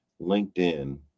LinkedIn